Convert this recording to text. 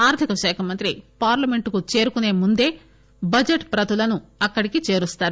ఆర్గిక శాఖ మంత్రి పార్లమెంట్ కు చేరుకునే ముందే బడ్షెట్ ప్రతులను అక్కడికి చేరుస్తారు